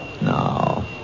No